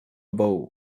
bowl